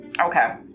Okay